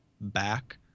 back